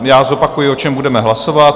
Já zopakuji, o čem budeme hlasovat.